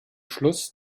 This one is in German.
schluss